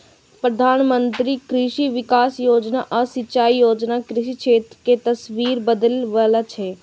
प्रधानमंत्री कृषि विकास योजना आ सिंचाई योजना कृषि क्षेत्र के तस्वीर बदलै बला छै